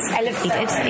elevated